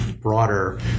broader